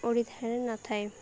ଓଡ଼ିଶାରେ ନଥାଏ